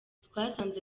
twasanze